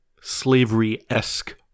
slavery-esque